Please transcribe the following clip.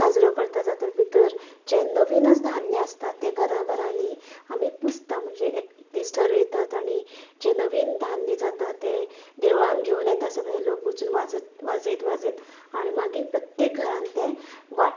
साजरो करतात तातूंत भितर जे नवीनच धान्य आसता तें घरां घरांनी आमी पुजता म्हणजे एक दीस ठरयतात आनी जें नवीन धान्य जाता तें देवळान घेवन येता सगले लोक वोचून वाजत वाजयत आनी मागीर प्रत्येक घरान तें वाट्टा